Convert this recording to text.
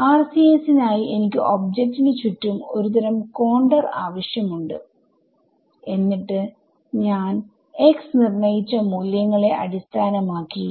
RCS നായി എനിക്ക് object ന് ചുറ്റും ഒരു തരം കോണ്ടർ ആവശ്യം ഉണ്ട്എന്നിട്ട് ഞാൻ x നിർണ്ണയിച്ച മൂല്യങ്ങളെ അടിസ്ഥാനമാക്കി